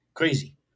Crazy